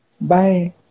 Bye